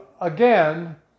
again